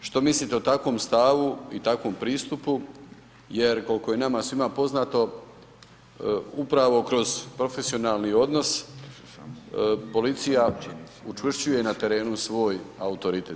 Što mislite o takvom stavu i takvom pristupu jer koliko je nama svima poznato, upravo kroz profesionalni odnos policija učvršćuje na terenu svoj autoritet.